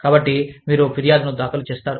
కాబట్టి మీరు ఫిర్యాదును దాఖలు చేస్తారు